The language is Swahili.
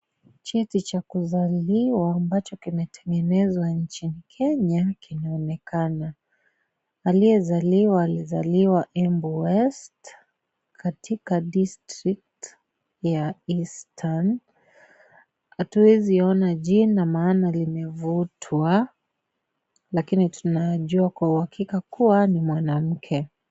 Cheti cha kuzaliwa ambacho kimetengenezwa nchini Kenya kinaonekana. Aliyezaliwa alizaliwa Embu West katika district ya Eastern. Hatuwezi ona jina maana limefutwa lakini tunajua kwa uhakika kuwa ni mwanamke.